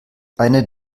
eine